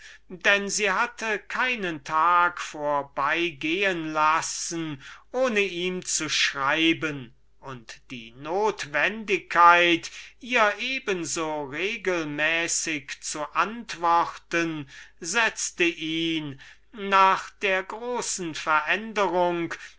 denn sie hatte keinen tag vorbeigehen lassen ohne ihm zu schreiben und die notwendigkeit ihr eben so regelmäßig zu antworten setzte ihn nach der großen